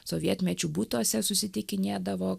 sovietmečių butuose susitikinėdavo